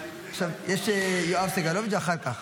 יש את יואב סגלוביץ', ואחר כך.